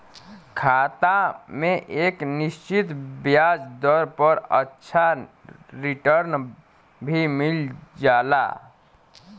खाता में एक निश्चित ब्याज दर पर अच्छा रिटर्न भी मिल जाला